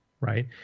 right